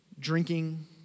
Drinking